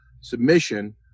submission